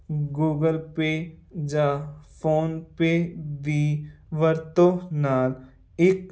Google Pay ਜਾਂ PhonePe ਵੀ ਵਰਤੋਂ ਨਾਲ ਇੱਕ